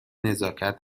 نزاکت